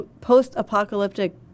post-apocalyptic